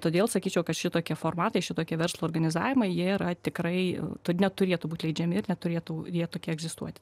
todėl sakyčiau kad šitokie formatai šitokie verslo organizavimai jie yra tikrai neturėtų būt leidžiami ir neturėtų jie tokie egzistuoti